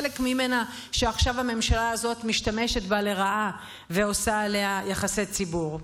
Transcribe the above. שבחלק ממנה עכשיו הממשלה הזאת משתמשת לרעה ועושה עליה יחסי ציבור.